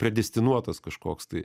priedestinuotas kažkoks tai